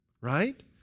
Right